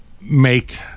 make